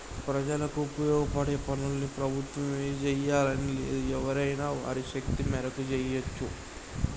ప్రజలకు ఉపయోగపడే పనుల్ని ప్రభుత్వమే జెయ్యాలని లేదు ఎవరైనా వారి శక్తి మేరకు జెయ్యచ్చు